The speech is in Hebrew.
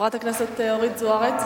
חברת הכנסת אורית זוארץ?